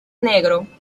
negro